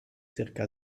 zirka